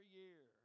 year